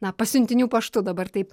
na pasiuntinių paštu dabar taip